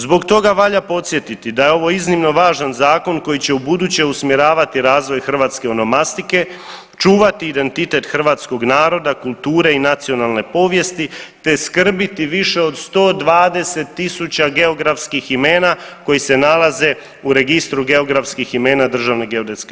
Zbog toga valja podsjetiti da je ovo iznimno važan zakon koji će ubuduće usmjeravati razvoj hrvatske… [[Govornik se ne razumije]] , čuvati identitet hrvatskog naroda, kulture i nacionalne povijesti, te skrbiti više od 120.000 geografskih imena koji se nalaze u registru geografskih imena DGU-a.